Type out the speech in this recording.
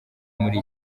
muri